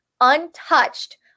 untouched